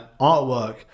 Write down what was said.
artwork